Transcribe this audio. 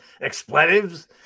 Expletives